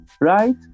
right